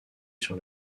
sur